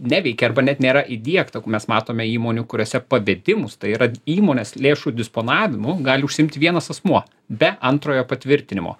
neveikia arba net nėra įdiegta kur mes matome įmonių kuriose pavedimus tai yra įmonės lėšų disponavimu gali užsiimti vienas asmuo be antrojo patvirtinimo